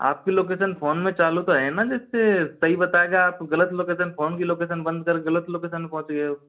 आपकी location phone में चालू तो है ना जिससे सही बताएगा आप गलत लोकेशन फ़ोन की लोकेशन बंद कर गलत लोकेशन पहुँच गए हो